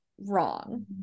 wrong